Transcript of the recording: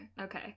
okay